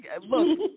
look